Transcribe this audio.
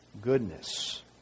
goodness